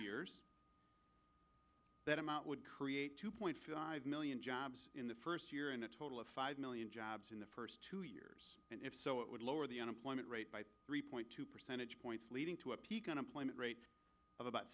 years that amount would create two point five million jobs in the first year and a total of five million jobs in the first two years and if so it would lower the unemployment rate by three point two percentage points leading to an unemployment rate of about